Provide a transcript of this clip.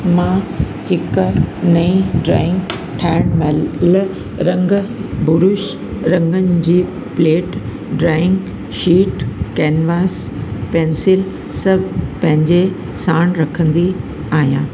मां हिक नई ड्राइंग ठाहिणु महिल रंग ब्रूश रंगनि जी plate drawing sheet canvas pencil सभु पंहिंजे साण रखंदी आहियां